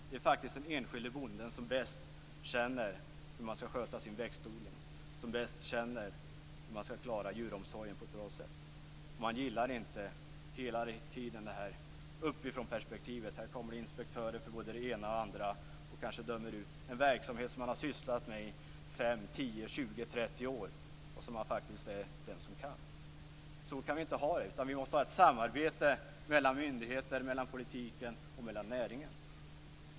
Det är faktiskt den enskilde bonden som bäst känner hur han eller hon skall sköta sin växtodling och som bäst känner hur han eller hon skall klara djuromsorgen på ett bra sätt. Bönderna gillar inte detta uppifrånperspektivet. Det kommer inspektörer för både det ena och det andra och kanske dömer ut en verksamhet som bonden i fråga har sysslat med under 5, 10, 20 eller 30 år och faktiskt kan. Så kan vi inte ha det, utan vi måste ha ett samarbete mellan myndigheter, politiken och näringen.